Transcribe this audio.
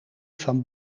van